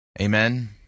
Amen